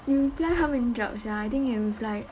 you apply how many job sia I think you apply